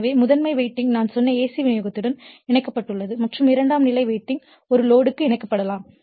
எனவே முதன்மை வைண்டிங் நான் சொன்ன AC விநியோகத்துடன் இணைக்கப்பட்டுள்ளது மற்றும் இரண்டாம் நிலை வைண்டிங் ஒரு லோடு க்கு இணைக்கப்படலாம்